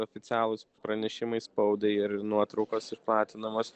oficialūs pranešimai spaudai ir nuotraukos ir platinamos